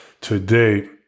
Today